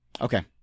Okay